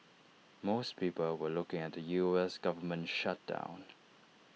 most people were looking at the U S Government shutdown